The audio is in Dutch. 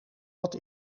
dat